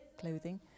clothing